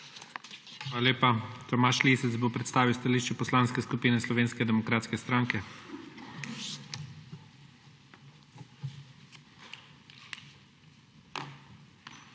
Hvala lepa. Tomaž Lisec bo predstavil stališče Poslanske skupine Slovenske demokratske stranke.